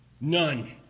None